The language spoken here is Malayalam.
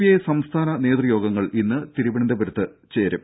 ഐ സംസ്ഥാന നേതൃയോഗങ്ങൾ ഇന്ന് തിരുവനന്തപുരത്ത് ചേരും